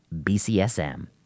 BCSM